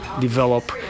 develop